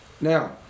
Now